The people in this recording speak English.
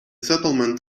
settlement